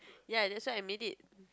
ya that's why I made it